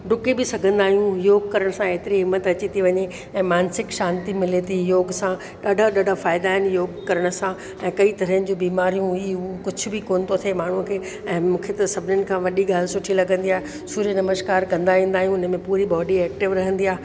डुकी बि सघंदा आहियूं योग करण सां एतिरी हिम्मत अची ती वञी ऐं मांसिक शांती मिले थी योग सां ॾाढा ॾाढा फ़ाइदा आहिनि योग करण सां ऐं कई तरहनि जूं बीमारियूं ही हू कुछ बि कोन तो थे माण्हूअ खे ऐं मूंखे त सभिनीनि खां वॾी ॻाल्हि सुठी लॻंदी आहे सूर्य नमस्कार कंदा ईंदा आहियूं उन में पूरी बॉडी एक्टिव रहंदी आहे